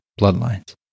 bloodlines